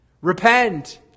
Repent